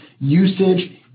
usage